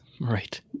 right